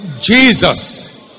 Jesus